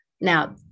Now